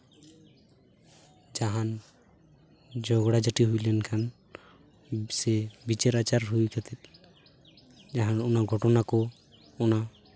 ᱡᱟᱦᱟᱱ ᱡᱷᱚᱜᱽᱲᱟᱼᱡᱷᱟᱹᱴᱤ ᱦᱩᱭ ᱞᱮᱱᱠᱷᱟᱱ ᱥᱮ ᱵᱤᱪᱟᱹᱨᱼᱟᱪᱟᱨ ᱦᱩᱭ ᱠᱟᱛᱮᱫ ᱡᱟᱦᱟᱱ ᱚᱱᱟ ᱜᱷᱚᱴᱚᱱᱟ ᱠᱚ ᱚᱱᱟ